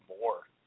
more